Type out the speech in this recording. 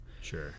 Sure